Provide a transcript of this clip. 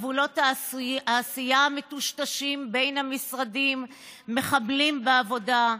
גבולות העשייה המטושטשים בין המשרדים מחבלים בעבודה.